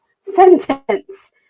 sentence